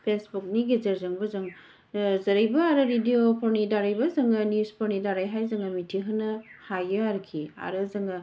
फेसबुकनि गेजेरजोंबो जों जेरैबो आरो रेडिय'फोरनि दारैबो जों निउसफोरनि दारैहाय जोङो मिथिहोनो हायो आरोखि आरो जोङो